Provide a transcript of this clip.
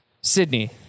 Sydney